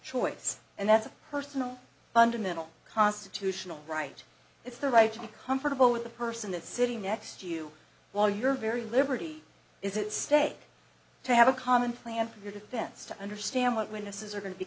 choice and that's a personal fundamental constitutional right it's their right to be comfortable with the person that's sitting next to you while you're very liberty is it stay to have a common plan your defense to understand what witnesses are going to be